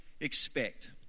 expect